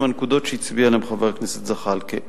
הנקודות שהצביע עליהן חבר הכנסת זחאלקה.